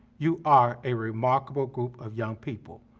you are a remarkable group of young people.